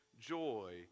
joy